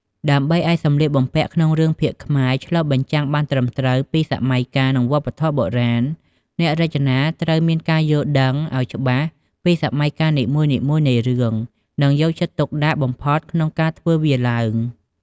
ដើម្បីឱ្យសម្លៀកបំពាក់ក្នុងរឿងភាគខ្មែរឆ្លុះបញ្ចាំងបានត្រឹមត្រូវពីសម័យកាល និងវប្បធម៌បុរាណ អ្នករចនាត្រូវមានការយល់ដឹងអោយច្បាស់ពីសម័យកាលនីមួយៗនៃរឿង នឹងយកចិត្តទុកដាក់បំផុតក្នុងការធ្វើវាឡើង ។